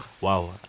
Wow